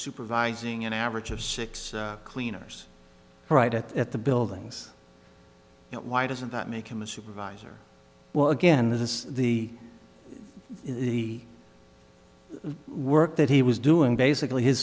supervising an average of six cleaners right at the buildings why doesn't that make him a supervisor well again this is the the work that he was doing basically his